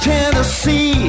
Tennessee